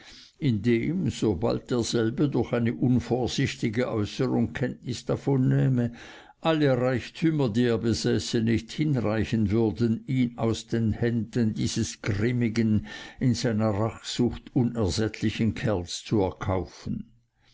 indem sobald derselbe durch eine unvorsichtige äußerung kenntnis davon nähme alle reichtümer die er besäße nicht hinreichen würden ihn aus den händen dieses grimmigen in seiner rachsucht unersättlichen kerls zu erkaufen